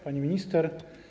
Pani Minister!